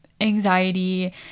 anxiety